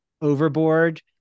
overboard